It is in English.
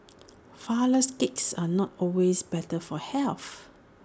Flourless Cakes are not always better for health